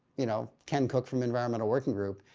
you know, ken cook from environmental working group,